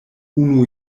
unu